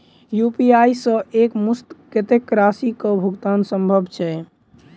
UPI सऽ एक मुस्त कत्तेक राशि कऽ भुगतान सम्भव छई?